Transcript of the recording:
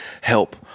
help